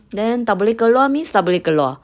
then tak boleh keluar means tak boleh keluar